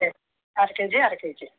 అరకేజీ అరకేజీ